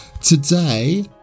today